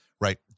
right